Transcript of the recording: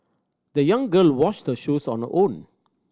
the young girl washed her shoes on her own